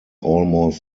almost